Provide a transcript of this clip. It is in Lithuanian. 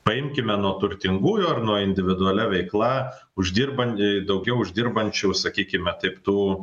paimkime nuo turtingųjų ar nuo individualia veikla uždirba daugiau uždirbančių sakykime taip tų